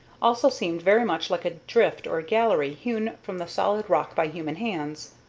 also seemed very much like a drift or gallery hewn from the solid rock by human hands.